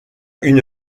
une